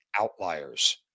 outliers